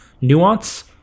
nuance